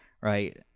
right